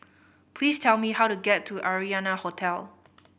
please tell me how to get to Arianna Hotel